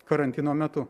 karantino metu